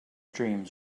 dreams